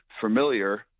familiar